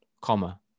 comma